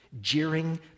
jeering